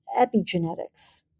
epigenetics